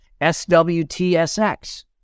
SWTSX